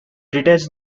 detach